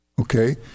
okay